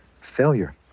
failure